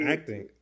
Acting